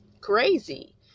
crazy